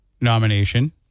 nomination